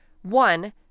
One